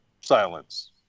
silence